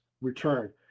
return